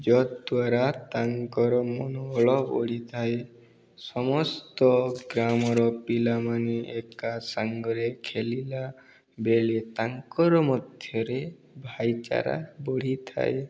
ଯଦ୍ୱାରା ତାଙ୍କର ମନୋବଳ ବଢ଼ିଥାଏ ସମସ୍ତ ଗ୍ରାମର ପିଲାମାନେ ଏକା ସାଙ୍ଗରେ ଖେଳିଲା ବେଳେ ତାଙ୍କର ମଧ୍ୟରେ ଭାଇଚାରା ବଢ଼ିଥାଏ